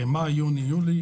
מאי, יוני ויולי.